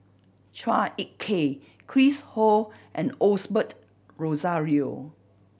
Chua Ek Kay Chris Ho and Osbert Rozario